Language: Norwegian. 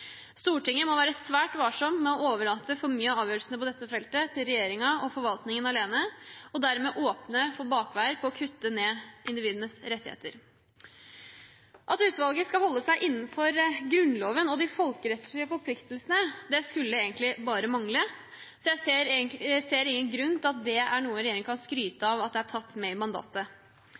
Stortinget må være svært varsom med å overlate for mye av avgjørelsene på dette feltet til regjeringen og forvaltningen alene, og dermed åpne for bakveier for å kutte individenes rettigheter. At utvalget skal holde seg innenfor Grunnloven og de folkerettslige forpliktelsene, skulle egentlig bare mangle, så jeg ser ingen grunn til at regjeringen kan skryte av at dette er tatt med i mandatet.